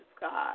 God